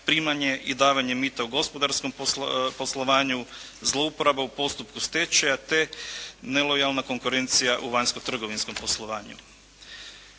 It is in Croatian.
primanje i davanje mita u gospodarskom poslovanju, zlouporaba u postupku stečaja te nelojalna konkurencija u vanjsko-trgovinskom poslovanju.